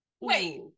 wait